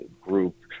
group